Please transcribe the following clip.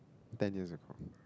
ten years ago